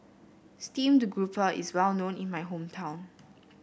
Steamed Grouper is well known in my hometown